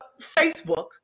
Facebook